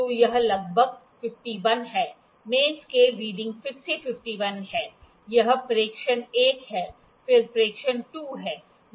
तो यह लगभग 51 है मेन स्केल की रीडिंग फिर से 51 है यह प्रेक्षण 1 है फिर प्रेक्षण 2 है